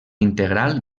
integral